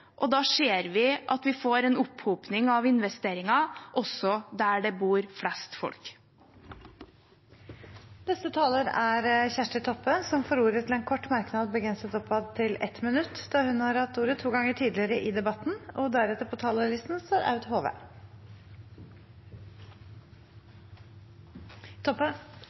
og da ser vi også at vi får en opphopning av investeringer der det bor flest folk. Representanten Kjersti Toppe har hatt ordet to ganger tidligere og får ordet til en kort merknad, begrenset til 1 minutt. Først ei stemmeforklaring. Dersom forslag nr. 4 i